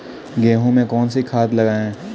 गेहूँ में कौनसी खाद लगाएँ?